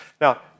Now